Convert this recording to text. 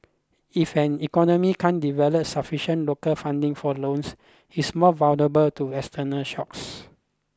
if an economy can't develop sufficient local funding for loans it's more vulnerable to external shocks